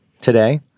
today